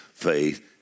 faith